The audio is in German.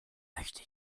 möchte